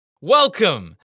welcome